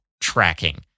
tracking